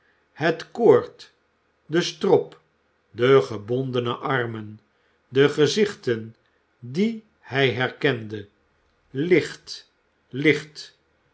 het koord de strop de gebondene armen de gezichten die hij herkende licht licht